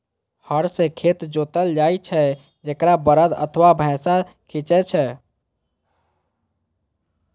हर सं खेत जोतल जाइ छै, जेकरा बरद अथवा भैंसा खींचै छै